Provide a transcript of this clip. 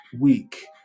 week